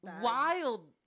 wild